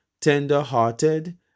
tender-hearted